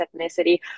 ethnicity